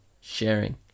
sharing